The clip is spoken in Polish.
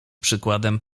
przykładem